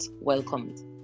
welcomed